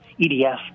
EDF